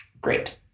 Great